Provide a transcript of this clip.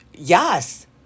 Yes